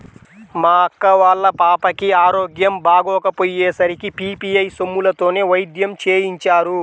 మా అక్క వాళ్ళ పాపకి ఆరోగ్యం బాగోకపొయ్యే సరికి పీ.పీ.ఐ సొమ్ములతోనే వైద్యం చేయించారు